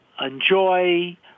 enjoy